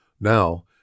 Now